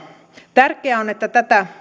tärkeää on että tätä